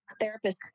therapist